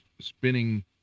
spinning